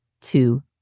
two